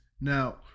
Now